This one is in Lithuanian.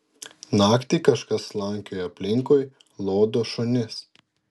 naktį kažkas slankioja aplinkui lodo šunis